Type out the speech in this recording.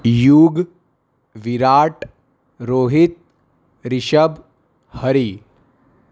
Yug Virat Rohit Rishabh Hari